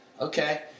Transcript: Okay